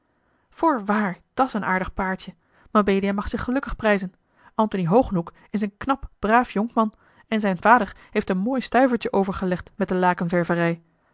voorwaar dat s een aardig paartje mabelia mag zich gelukkig prijzen antony hogenhoeck is een knap braaf jonkman en zijn vader heeft een mooi stuivertje overgelegd met de lakenververij